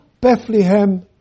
Bethlehem